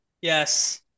Yes